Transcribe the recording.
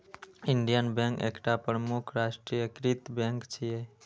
Indian bank एकटा प्रमुख राष्ट्रीयकृत बैंक छियै